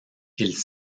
ils